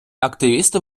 активісти